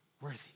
worthy